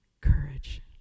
courage